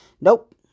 Nope